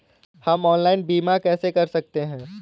हम ऑनलाइन बीमा कैसे कर सकते हैं?